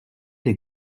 des